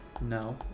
no